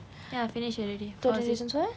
ya I finish already